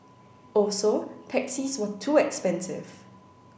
also taxis were too expensive